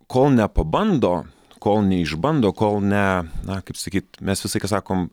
kol nepabando kol neišbando kol ne ne kaip sakyt mes visą laiką sakom